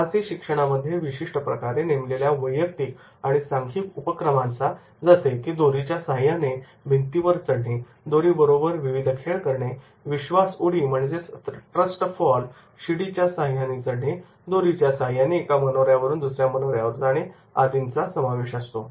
साहसी शिक्षणामध्ये विशिष्ट प्रकारे नेमलेल्या वैयक्तिक आणि सांघिक उपक्रमांचा जसे की दोरीच्या साह्याने भिंतीवर चढणे दोरी बरोबर विविध खेळ करणे विश्वास उडी ट्रस्ट फॉल शिडीच्या सहाय्याने चढणे दोरीच्या साह्याने एका मनोऱ्यावरून दुसऱ्या मनोऱ्यावर जाणे आदींचा समावेश असतो